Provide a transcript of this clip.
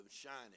shining